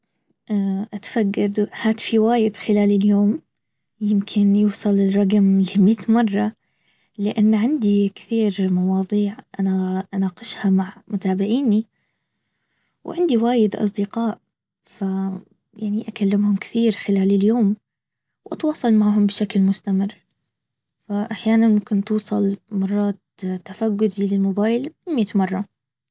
اتفقد في وايد خلال اليوم يمكن يوصل الرقم لمية مرة لان عندي كثير مواضيع انا اناقشها مع متابعيني وعندي وايد اصدقاءف يعني اكلمهم كثير خلال اليوم واتواصل معهم بشكل مستمر. فاحيانا ممكن توصل مرات تفقد للموبايل مية مرة